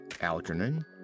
Algernon